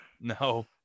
No